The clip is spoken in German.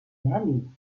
gefährlich